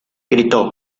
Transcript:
gritó